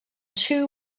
two